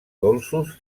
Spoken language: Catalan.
dolços